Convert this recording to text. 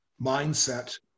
mindset